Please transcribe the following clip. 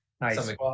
Nice